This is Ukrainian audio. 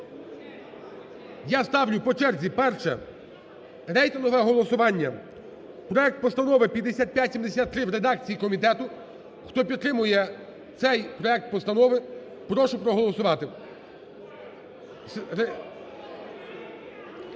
я ставлю по черзі. Перше, рейтингове голосування, проект постанови 5573 в редакції комітету. Хто підтримує цей проект постанови, прошу проголосувати.